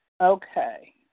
Okay